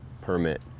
permit